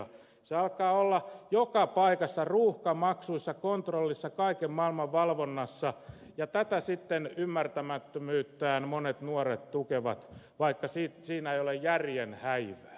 se alkaa olla joka paikassa ruuhkamaksuissa kontrollissa kaiken maailman valvonnassa ja tätä sitten ymmärtämättömyyttään monet nuoret tukevat vaikka siinä ei ole järjen häivää